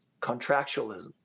contractualism